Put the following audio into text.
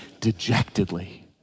dejectedly